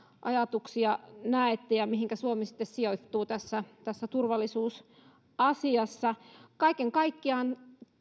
ajatuksia näette ja mihinkä suomi sitten sijoittuu tässä tässä turvallisuusasiassa kaiken kaikkiaan